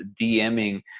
DMing